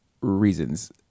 reasons